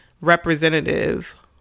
representative